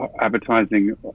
advertising